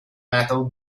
metal